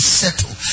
settle